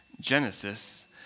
Genesis